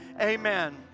amen